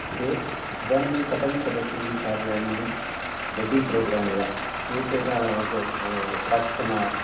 ते इदानीं कथं चलन्ति कार्याणि बड्डि प्रोग्राम् इव एकेन प्राक्तन